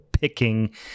picking